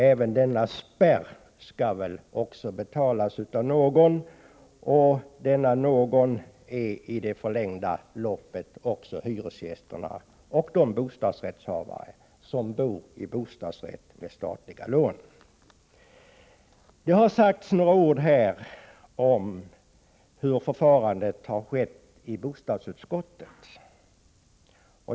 Även denna spärr skall betalas av någon, och denna någon är i det långa loppet också hyresgästerna och de bostadsrättshavare som bor i bostadsrätt med statliga lån. Här har tidigare sagts en del om förfarandet i bostadsutskottet.